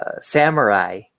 samurai